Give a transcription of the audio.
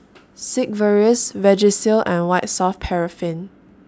Sigvaris Vagisil and White Soft Paraffin